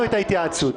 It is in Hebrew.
בחירות.